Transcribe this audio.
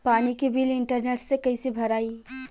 पानी के bill internet से कइसे भराई?